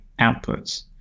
outputs